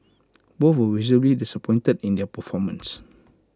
both were visibly disappointed in their performance